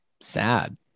sad